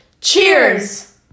Cheers